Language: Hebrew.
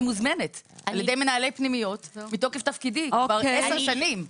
מוזמנת על-ידי מנהלי פנימיות מתוקף תפקידי כבר עשר שנים.